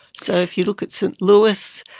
so if you look at st louis,